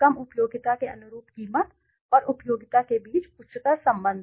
कम उपयोगिता के अनुरूप कीमत और उपयोगिता के बीच उच्चतर संबंध